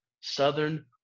Southern